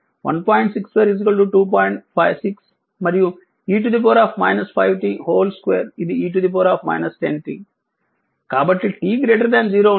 56 మరియు 2 ఇది e 10 t కాబట్టి t 0 ఉన్నప్పుడు 2